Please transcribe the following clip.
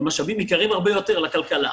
שהם משאבים יקרים הרבה יותר לכלכלה.